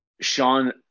Sean